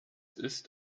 ist